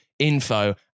Info